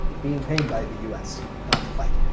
being paid by the us not to fight.